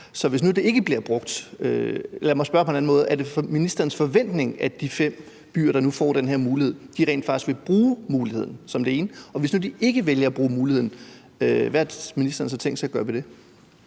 jo kun en effekt, hvis det så rent faktisk bliver brugt. Er det ministerens forventning, at de fem byer, der nu får den her mulighed, rent faktisk vil bruge muligheden? Og hvis nu de vælger ikke at bruge muligheden, hvad har ministeren så tænkt sig at gøre ved det?